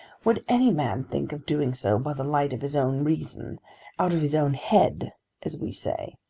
would any man think of doing so, by the light of his own reason out of his own head as we say?